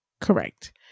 correct